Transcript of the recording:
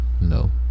No